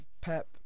Pep